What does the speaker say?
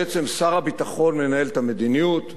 בעצם שר הביטחון מנהל את המדיניות,